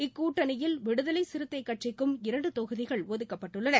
இக்கூட்டணியில் விடுதலை சிறுத்தைகள் கட்சிக்கும் இரண்டு தொகுதிகள் ஒதுக்கப்பட்டுள்ளன